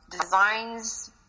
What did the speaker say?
designs